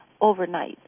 overnight